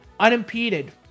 unimpeded